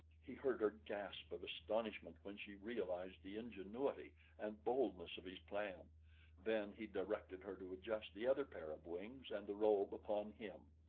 he heard her gasp of astonishment when she realized the ingenuity and boldness of his plan then he directed her to adjust the other pair of wings and the robe upon him.